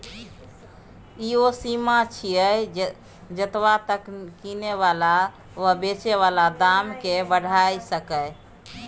ई ओ सीमा छिये जतबा तक किने बला वा बेचे बला दाम केय बढ़ाई सकेए